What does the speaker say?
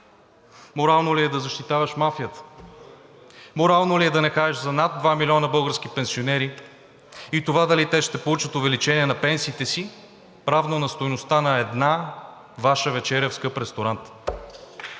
Морално ли е да защитаваш мафията?! Морално ли е да нехаеш за над 2 милиона български пенсионери и това дали те ще получат увеличение на пенсиите си, равно на стойността на една Ваша вечеря в скъп ресторант?!